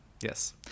Yes